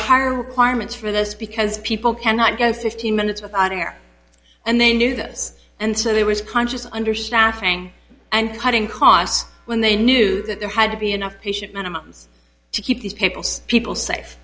higher requirements for this because people cannot go fifteen minutes without air and they knew this and so they was conscious understaffing and cutting costs when they knew that there had to be enough patient minimums to keep these people's people safe